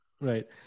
Right